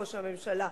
ראש הממשלה,